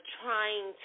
trying